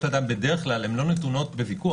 אדם בדרך כלל הן לא נתונות בוויכוח,